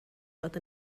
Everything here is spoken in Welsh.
fod